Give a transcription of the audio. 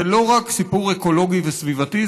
זה לא רק סיפור אקולוגי וסביבתי,